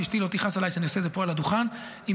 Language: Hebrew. שאשתי לא תכעס עליי שאני עושה את זה פה על הדוכן: אם